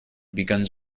begins